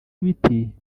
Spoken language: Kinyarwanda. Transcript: ibiti